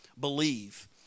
believe